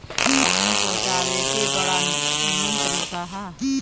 पानी पहुँचावे के बड़ा निमन तरीका हअ